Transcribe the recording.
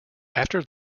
after